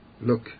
Look